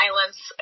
violence